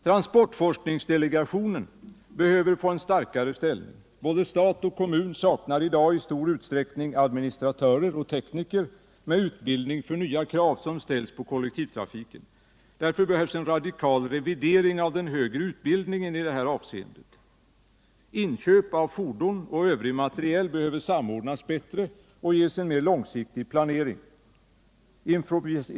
Transportforskningsdelegationen behöver få en starkare ställning. Både stat och kommun saknar i dag i stor utsträckning administratörer och tekniker med utbildning för de nya krav som ställs på kollektivtrafiken. Därför behövs en radikal förändring av utbildningen i detta avseende. Inköp av fordon och övrig materiel behöver samordnas bättre och ges en mer långsiktig planering.